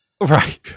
Right